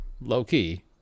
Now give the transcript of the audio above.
low-key